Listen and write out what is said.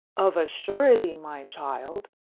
of a surety, my child.